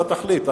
אתה תחליט.